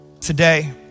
today